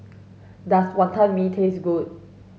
does Wonton Mee taste good